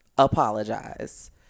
apologize